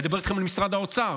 אני אדבר איתכם על משרד האוצר,